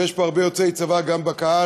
ויש פה הרבה יוצאי צבא גם בקהל,